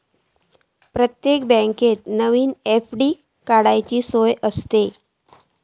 प्रत्येक बँकेत नवीन एफ.डी काडूची सोय आसता